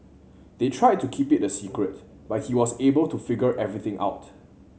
they tried to keep it a secret but he was able to figure everything out